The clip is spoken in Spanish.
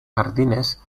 jardines